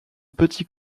petit